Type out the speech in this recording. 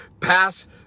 pass